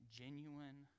genuine